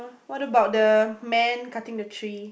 what about the man cutting the tree